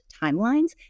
timelines